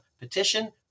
petition